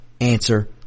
answer